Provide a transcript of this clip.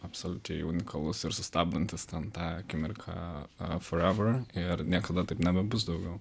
absoliučiai unikalus ir sustabdantis tam tą akimirką for ever ir niekada taip nebebus daugiau